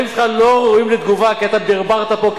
שלך לא ראויים לתגובה כי אתה ברברת פה,